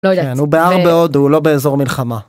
לא יודעת, כן, הוא בהר בהודו הוא לא באזור מלחמה.